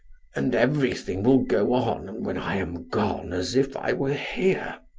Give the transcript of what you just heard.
and everything will go on when i am gone as if i were here.